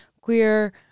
queer